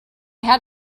had